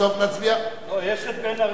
יש בן-ארי.